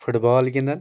foot بال گنٛدان